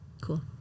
Cool